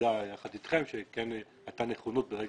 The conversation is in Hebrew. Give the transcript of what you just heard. הנגידה יחד אתכם וכן הייתה נכונות ברגע